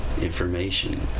information